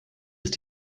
ist